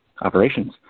operations